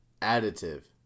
Additive